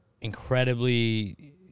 incredibly